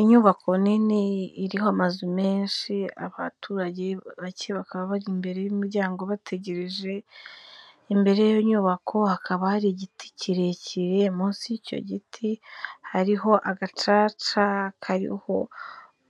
Inyubako nini iriho amazu menshi, abaturage bake bakaba bari imbere y'umuryango bategereje, imbere y'iyo nyubako hakaba hari igiti kirekire, munsi y'icyo giti hariho agacaca kariho